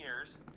years